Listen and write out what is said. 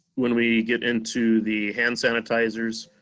when we get into the hand sanitizers,